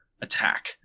attack